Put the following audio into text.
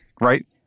Right